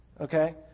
Okay